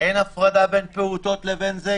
אין הפרדה בין פעוטות לבין זה?